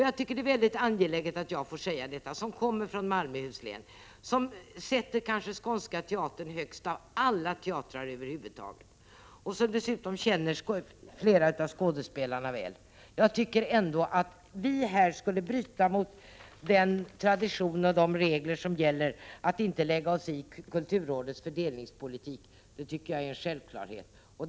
Jag tycker att det är mycket angeläget att jag, som kommer från Malmöhus län och kanske sätter Skånska teatern högst av alla teatrar över huvud taget och som dessutom känner flera av skådespelarna väl, får säga detta. Jag tycker ändå att vi här inte skall bryta mot den tradition och de regler som gäller, dvs. att inte lägga oss i kulturrådets fördelningspolitik. Det tycker jag är en självklarhet.